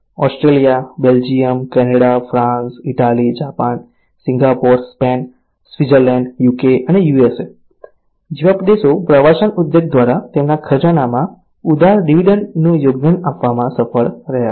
Australia Belgium Canada France Italy Japan Singapore Spain Switzerland UK અને USA જેવા દેશો પ્રવાસન ઉદ્યોગ દ્વારા તેમના ખજાનામાં ઉદાર ડિવિડન્ડનું યોગદાન આપવામાં સફળ રહ્યા છે